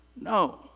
No